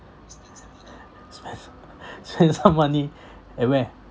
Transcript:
spend some money at where